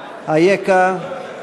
אייכה?